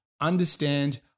Understand